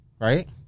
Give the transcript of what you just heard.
Right